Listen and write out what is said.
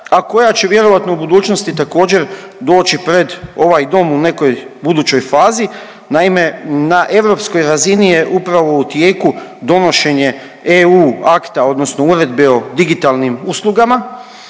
a koja će vjerojatno u budućnosti također doći pred ovaj dom u nekoj budućoj fazi. Naime, na europskoj razini je upravo u tijeku donošenje EU akta odnosno Uredbe o digitalnim uslugama,